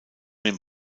den